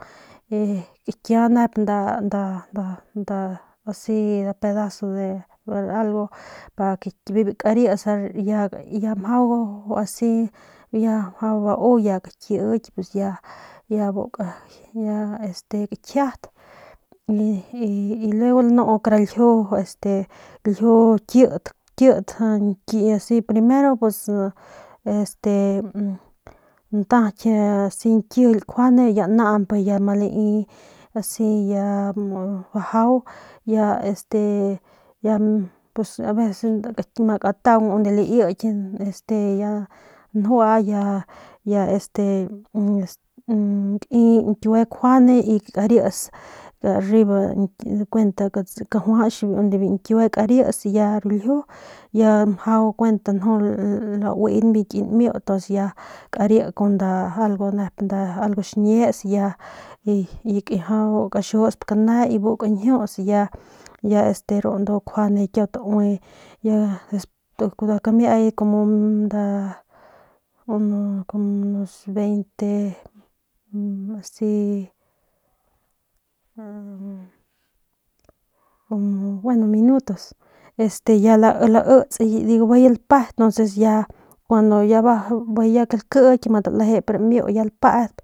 Kakia nda nda nda asi nda pagas de algo para karis ya mjau asi ya mjua bau ya kakiy ya buka ya este kakjiat y luego lnu kara ljiu este ljiu kit kit asi primero pus este ntaky ñkijily nkjuande ya naañ ma lai asi ya muu bajau ya este pus aveces ma kataung unde laiky este njua ya este n n n kai ñkiue nkjuande karits arriba kuent kajuach kuent ñkiue karis ru ljiu ya mjau kuent nju auing biu ki nmiu pus ya kari algo xiñiets y ya kaxusp kane y bu kañjiuts y ya ru ndu nkjuande kiau taue nda kamiay kumu nda unos 20 asi minutos ya laits ya bijiy ya lape y ya ma lakiky talejep ramiu ya lapedp.